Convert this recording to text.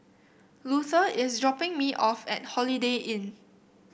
Luther is dropping me off at Holiday Inn